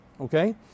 Okay